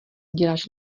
děláš